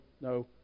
No